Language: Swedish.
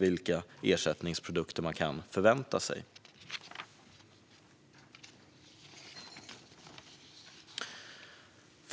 vilka ersättningsprodukter man kan förvänta sig.